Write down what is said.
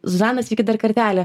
zuzana sveiki dar kartelį